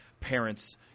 parents